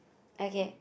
okay